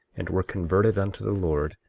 and were converted unto the lord,